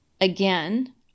again